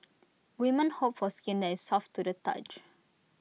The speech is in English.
women hope for skin that is soft to the touch